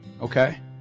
Okay